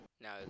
now